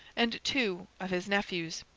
and two of his nephews.